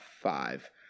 five